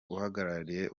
uhagarariye